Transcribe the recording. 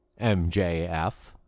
MJF